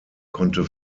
konnte